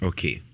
Okay